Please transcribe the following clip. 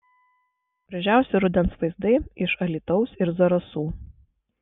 gražiausi rudens vaizdai iš alytaus ir zarasų